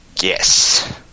Yes